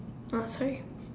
I saw it